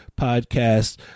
podcast